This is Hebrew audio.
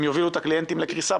הם יובילו את הקליינטים לקריסה,